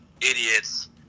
idiots